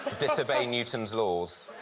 disobey newton's laws.